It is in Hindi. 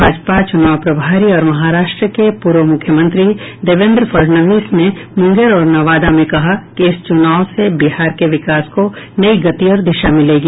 भाजपा चुनाव प्रभारी और महाराष्ट्र के पूर्व मुख्यमंत्री देवेन्द्र फड़णवीस ने मूंगेर और नवादा में कहा कि इस चूनाव से बिहार के विकास को नई गति और दिशा मिलेगी